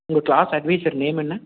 உங்கள் class adviser name என்ன